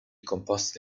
composti